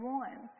one